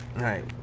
right